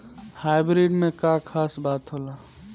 Hybrid में का खास बात होला?